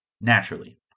naturally